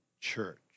Church